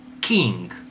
king